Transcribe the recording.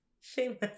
Shameless